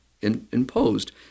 imposed